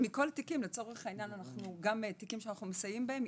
בכל התיקים שאנחנו מסייעים בהם.